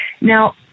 now